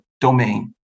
domain